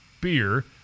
beer